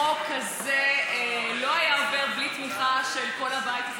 החוק הזה לא היה עובר בלי תמיכה של כל הבית הזה.